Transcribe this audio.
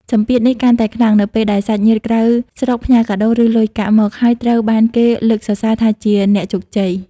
សម្ពាធនេះកាន់តែខ្លាំង នៅពេលដែលសាច់ញាតិក្រៅស្រុកផ្ញើកាដូ ឬលុយកាក់មក ហើយត្រូវបានគេលើកសរសើរថាជា "អ្នកជោគជ័យ"។